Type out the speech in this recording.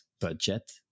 budget